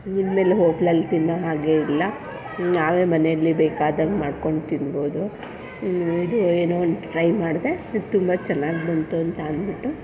ಇನ್ಮೇಲೆ ಹೋಟ್ಲಲ್ಲಿ ತಿನ್ನೋ ಹಾಗೆ ಇಲ್ಲ ನಾವೇ ಮನೆಯಲ್ಲಿ ಬೇಕಾದಂಗೆ ಮಾಡ್ಕೊಂಡು ತಿನ್ಬೋದು ಇದು ಏನು ಅಂದು ಟ್ರೈ ಮಾಡದೆ ಇದು ತುಂಬ ಚೆನ್ನಾಗಿ ಬಂತು ಅಂತ ಅಂದ್ಬಿಟ್ಟು